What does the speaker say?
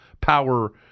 Power